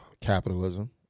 capitalism